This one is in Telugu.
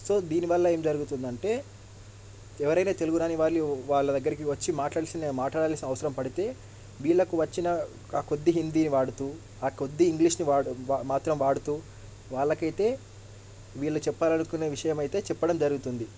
సో దీనివల్ల ఏం జరుగుతుంది అంటే ఎవరైనా తెలుగు రాని వాళ్ళు వాళ్ళ దగ్గరికి వచ్చి మాట్లాడల్సిన మాట్లాడల్సిన అవసరం పడితే వీళ్లకు వచ్చిన ఆ కొద్ది హిందీ వాడుతూ ఆ కొద్ది ఇంగ్లీష్ని మాత్రం వాడుతూ వాళ్లకైతే వీళ్ళ చెప్పాలనుకున్న విషయం అయితే చెప్పడం జరుగుతుంది